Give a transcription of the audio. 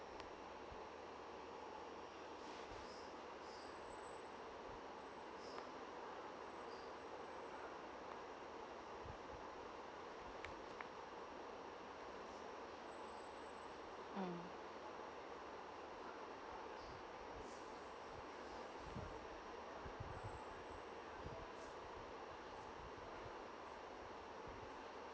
mm